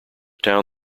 town